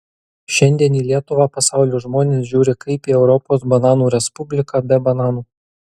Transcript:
šiandien į lietuvą pasaulio žmonės žiūri kaip į europos bananų respubliką be bananų